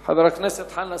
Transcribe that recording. של חברי הכנסת חנא